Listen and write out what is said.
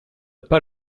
pas